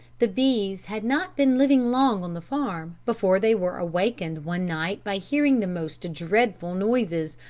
the b s had not been living long on the farm, before they were awakened one night by hearing the most dreadful noises,